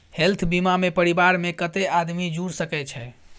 Health बीमा मे परिवार के कत्ते आदमी जुर सके छै?